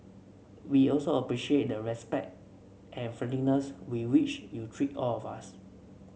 we also appreciate the respect and friendliness with which you treat all of us